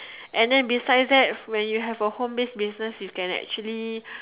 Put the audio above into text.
and then besides that when you have a home base business you can actually